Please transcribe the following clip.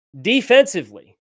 Defensively